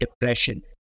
depression